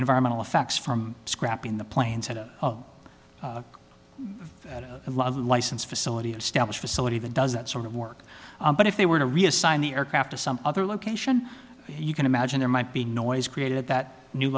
environmental effects from scrapping the planes had a license facility established facility that does that sort of work but if they were to reassign the aircraft to some other location you can imagine there might be noise created that new